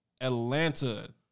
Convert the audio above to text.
Atlanta